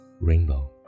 rainbow